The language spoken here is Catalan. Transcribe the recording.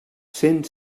cent